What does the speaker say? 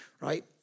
Right